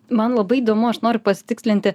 man labai įdomu aš noriu pasitikslinti